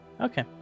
Okay